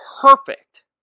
perfect